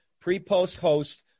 pre-post-host